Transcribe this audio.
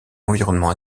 l’environnement